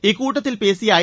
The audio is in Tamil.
இக்கூட்டத்தில் பேசிய ஐ